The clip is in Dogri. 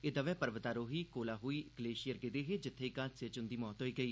एह् दवै पर्वतारोही कोलाहोई ग्लेशियर गेदे हे जित्थें इक हादसे च इंदी मौत होई गेई